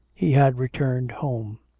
he had returned home.